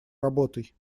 работой